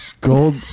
Gold